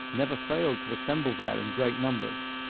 never failed to assemble there in great numbers,